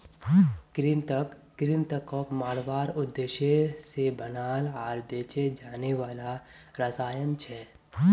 कृंतक कृन्तकक मारवार उद्देश्य से बनाल आर बेचे जाने वाला रसायन छे